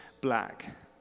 black